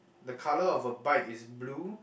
the colour of her bike is blue